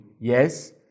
yes